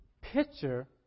picture